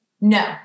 No